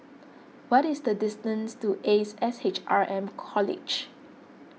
what is the distance to Ace S H R M College